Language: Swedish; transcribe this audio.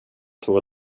två